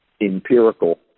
empirical